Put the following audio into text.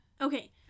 Okay